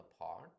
apart